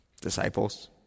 disciples